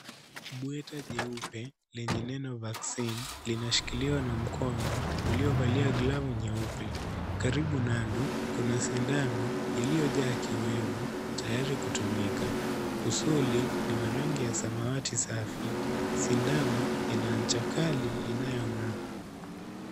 Bweta jeupe, lenye neno vaccine , inashikiliwa na mkono, uliovalia glavu nyeupe, karibu nalo, kuna sindano, iliyo jaa kioevu, tayari kutumika, usuli ni wa rangi samawati safi, sindano, ina ncha kali inayo ngaa.